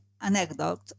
anecdote